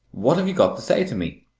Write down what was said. what have you got to say to me?